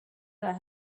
that